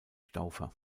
staufer